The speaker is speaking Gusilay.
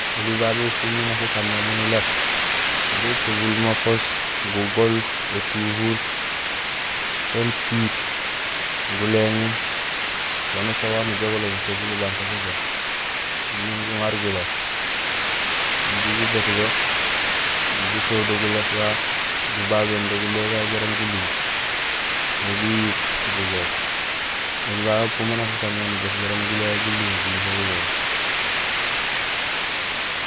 Oli babé upu miin unja ukaanmé miin uléf, bétébul mafoos: gugool, étuhur, soon siit, guléñun, wanusaan wan ujogulo nutébul ubang to pépé miin guŋaar guléf imbi gubéét do gukééw do buléf babu gubagéén do guléé gagu jaraam guling miin guyiit gujoow. Oli babé upu mé inja ukaan mémé nubéét jaraam guléwo guling guyuho gujoow.